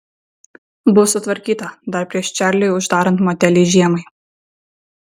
bus sutvarkyta dar prieš čarliui uždarant motelį žiemai